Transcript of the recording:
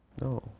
No